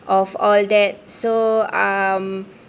of all that so um